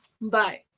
Bye